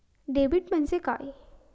Debit म्हणजे काय?